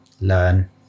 learn